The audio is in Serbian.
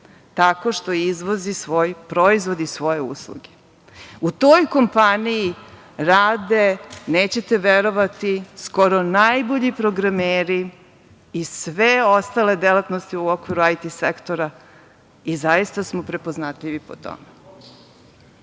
tako što izvozi svoj proizvod i svoje usluge. U toj kompaniji rade, nećete verovati, skoro najbolji programeri i sve ostale delatnosti u okviru IT sektora i zaista smo prepoznatljivi po tome. Naše